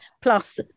plus